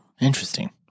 Interesting